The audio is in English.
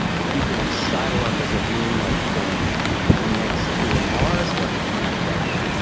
if you can sidle up as a moon like thing next to a mars like writer,